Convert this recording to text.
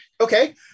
Okay